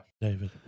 David